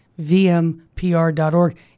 vmpr.org